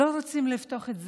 לא רוצים לפתוח את זה,